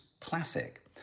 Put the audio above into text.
classic